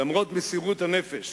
למרות מסירות הנפש